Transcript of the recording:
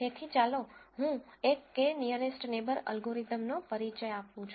તેથી ચાલો હું એક k નીઅરેસ્ટ નેબર એલ્ગોરિધમનો પરિચય આપું છુ